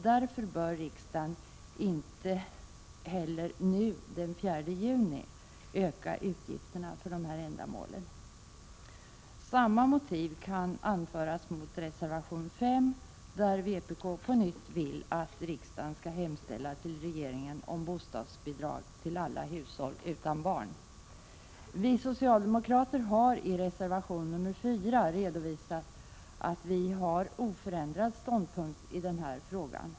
Därför bör riksdagen inte heller nu, den 4 juni, öka utgifterna för dessa ändamål. Samma motiv kan anföras mot reservation 5, där vpk på nytt vill att riksdagen skall hemställa till regeringen om bostadsbidrag till alla hushåll utan barn. Vi socialdemokrater har i reservation 4 redovisat att vi har oförändrad ståndpunkt i denna fråga.